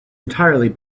entirely